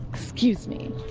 excuse me